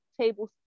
table